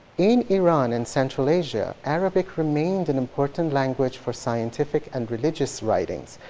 in iran and central asia, arabic remained an important language for scientific and religious writings.